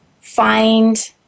find